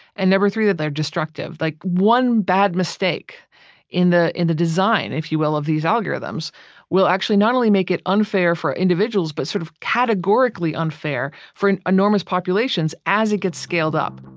and number three, that they're destructive. like one bad mistake in the in the design, if you will, of these algorithms will actually not only make it unfair for individuals but sort of categorically unfair for an enormous population as it gets scaled up